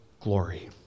glory